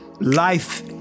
life